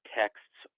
texts